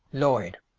lloyd.